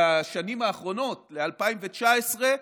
לשנים האחרונות, ל-2019,